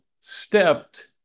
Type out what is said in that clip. stepped